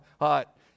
hot